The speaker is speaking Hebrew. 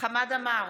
חמד עמאר,